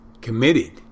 committed